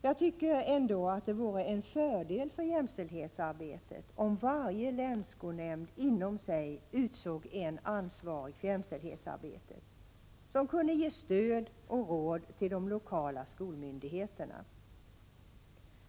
Jag tycker ändå att det vore till fördel för jämställdhetsarbetet om varje länsskolnämnd inom sig utsåg en ansvarig för jämställdhetsarbetet, som kunde ge stöd och råd till de lokala skolmyndigheterna.